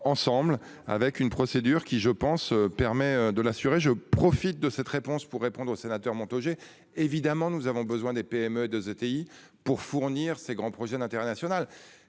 ensemble avec une procédure qui, je pense, permet de l'assurer, je profite de cette réponse pour répondre aux sénateurs Montaugé évidemment. Nous avons besoin des PME et des ETI pour fournir ces grands projets d'intérêt national.